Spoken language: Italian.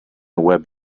web